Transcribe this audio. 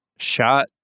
shot